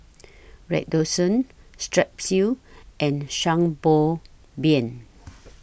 Redoxon Strepsils and Sanbobion